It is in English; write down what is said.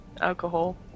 alcohol